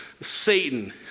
Satan